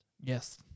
Yes